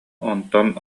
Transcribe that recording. онтон